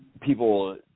people